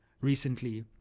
recently